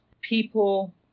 people